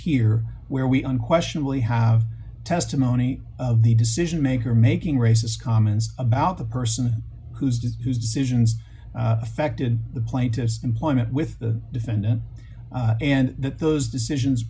here where we unquestionably have testimony of the decision maker making racist comments about the person who's just whose decisions affected the plaintiff's employment with the defendant and that those decisions